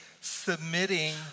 submitting